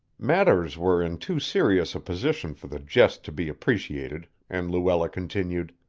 matters were in too serious a position for the jest to be appreciated, and luella continued